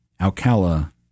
Alcala